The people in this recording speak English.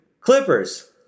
Clippers